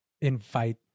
invite